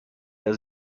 der